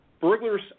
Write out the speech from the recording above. burglars